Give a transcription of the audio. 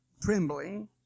Trembling